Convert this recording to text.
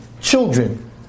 children